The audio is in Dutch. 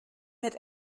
met